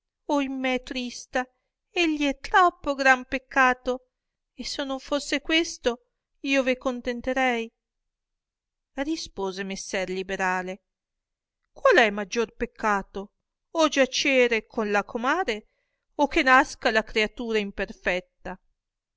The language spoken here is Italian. colle comare ohimè trista egli è troppo gran peccato e se non fosse questo io ve contenterei rispose messer liberale qual è maggior peccato o giacere colla comare o che nasca la creatura imperfetta